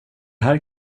här